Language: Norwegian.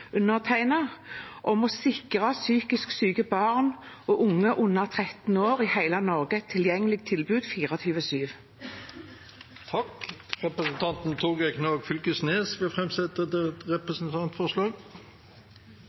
om å sikre psykisk syke barn og unge under 13 år i hele Norge et tilgjengelig tilbud 24/7. Representanten Torgeir Knag Fylkesnes vil framsette et